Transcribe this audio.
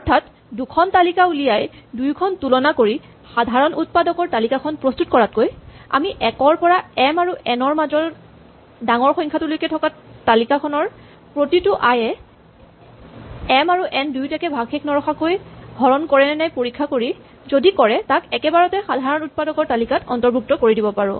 অৰ্থাৎ দুখন তালিকা উলিয়াই দুযোখন তুলনা কৰি সাধাৰণ উৎপাদকৰ তালিকাখন প্ৰস্তুত কৰাতকৈ আমি ১ ৰ পৰা এম আৰু এন ৰ মাজৰ ডাঙৰ সংখ্যাটোলৈকে থকা তালিকাখনৰ প্ৰতিটো আই এ এম আৰু এন দুয়োটাকে ভাগশেষ নৰখাকৈ হৰণ কৰেনে নাই পৰীক্ষা কৰি যদি কৰে তাক একেবাৰতে সাধাৰণ উৎপাদকৰ তালিকাত অৰ্ন্তভুক্ত কৰি দিব পাৰো